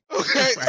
Okay